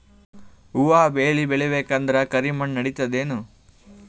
ಹುವ ಬೇಳಿ ಬೇಕಂದ್ರ ಕರಿಮಣ್ ನಡಿತದೇನು?